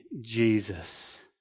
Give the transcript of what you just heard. Jesus